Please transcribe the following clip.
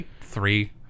three